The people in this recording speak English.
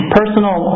personal